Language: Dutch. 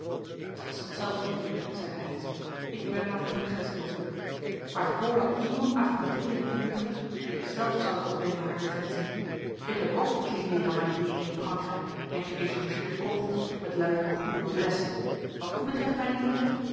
dat is hetzelfde mijnheer zeide heynsz ik ben maar een portretschilder maar voordat iemand affronteere die juffer ik zelf zoude opnemen haar defensie ik heb ook de kling leeren maniëeren in frankrijk en geëchangeerd kogels met luiden van goede noblesse wat u betreft mijne heeren